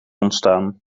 ontstaan